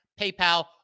PayPal